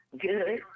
good